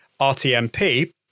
RTMP